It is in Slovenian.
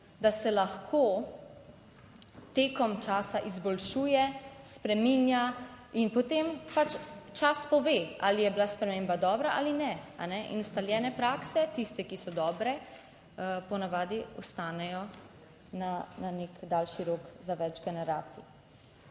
da se lahko tekom časa izboljšuje, spreminja in potem pač čas pove ali je bila sprememba dobra ali ne, a ne. In ustaljene prakse, tiste, ki so dobre, po navadi ostanejo na nek daljši rok za več generacij.